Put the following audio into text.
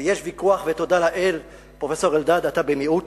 ויש ויכוח, ותודה לאל, פרופסור אלדד, אתה במיעוט